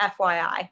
FYI